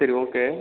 சரி ஓகே